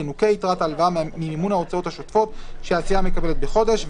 תנוכה יתרת ההלוואה ממימון ההוצאות השוטפות שהסיעה מקבלת בחודש,